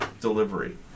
delivery